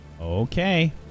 okay